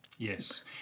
Yes